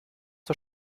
zur